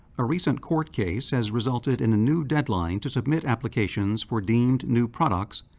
a recent court case has resulted in a new deadline to submit applications for deemed new products,